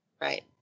Right